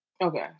Okay